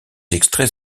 extraits